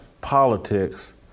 politics